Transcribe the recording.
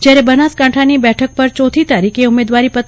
જયારે બનાસકાંઠાની બેઠક પર ચોથી તારીખે ઉમેદવારીપત્ર ભરાશે